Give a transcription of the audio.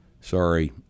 sorry